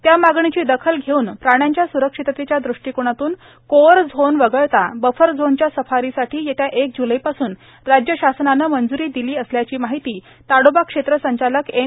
यांच्या मागणीची दखल घेऊन प्राण्यांच्या स्रक्षिततेच्या दृष्टिकोनातून कोअर झोन वगळता बफर झोनच्या सफारीसाठी येत्या एक ज्लैपासून राज्य शासनाने मंज्री दिली असल्याची माहिती ताडोबा क्षेत्र संचालक एन